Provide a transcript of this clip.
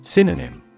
Synonym